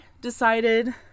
decided